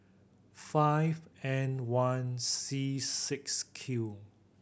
five N one C six Q